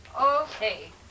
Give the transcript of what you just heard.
Okay